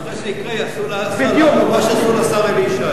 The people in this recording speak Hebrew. ואחרי שיקרה, יעשו לשר לנדאו מה שעשו לשר אלי ישי.